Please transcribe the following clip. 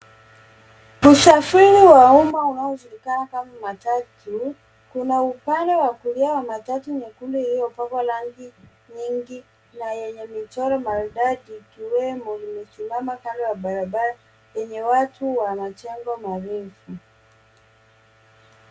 Usafiri wa umma unaojulikana kama matatu. Kuna upande wa kulia wa matatu nyekundu iliyopakwa rangi nyingi na yenye michoro maridadi ikiwemo imesimama kando ya barabara yenye watu na majengo marefu.